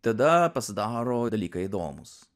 tada pasidaro dalykai įdomūs